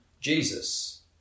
Jesus